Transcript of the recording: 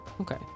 Okay